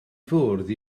fwrdd